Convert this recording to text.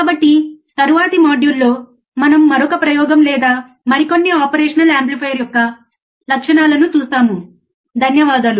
కాబట్టి తరువాతి మాడ్యూల్లో మనం మరొక ప్రయోగం లేదా మరికొన్ని ఆపరేషన్ యాంప్లిఫైయర్ యొక్క లక్షణాలను చూస్తాము